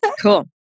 Cool